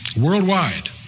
Worldwide